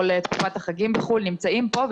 או לתקופת החגים בחוץ לארץ נמצאים פה,